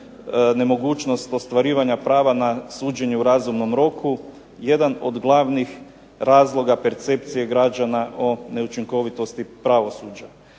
nemogućnost ostvarivanja prava na suđenje u razumnom roku jedan od glavnih razloga percepcije građana o neučinkovitosti pravosuđa.